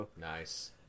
Nice